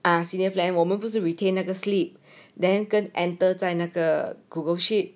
ah senior planned 我们不是 retain 那个 slip then 跟 entered 在那个 Google sheet